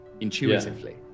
intuitively